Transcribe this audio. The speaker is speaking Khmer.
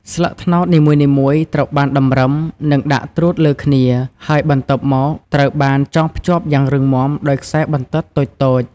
ស្លឹកត្នោតនីមួយៗត្រូវបានតម្រឹម និងដាក់ត្រួតលើគ្នា ហើយបន្ទាប់មកត្រូវបាន ចងភ្ជាប់យ៉ាងរឹងមាំដោយខ្សែបន្ទាត់តូចៗ ។